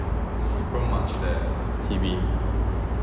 C_B